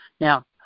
Now